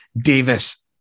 Davis